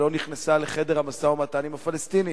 ולא נכנסה לחדר המשא-ומתן עם הפלסטינים.